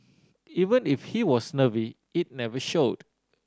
even if he was nervy it never showed